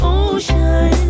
ocean